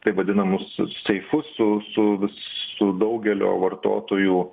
taip vadinamus seifus su su su daugelio vartotojų